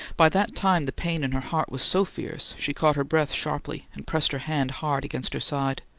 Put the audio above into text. by that time the pain in her heart was so fierce she caught her breath sharply, and pressed her hand hard against her side.